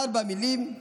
ארבע מילים,